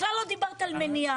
בכלל לא דיברת על מניעה.